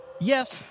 Yes